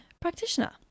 practitioner